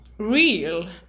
real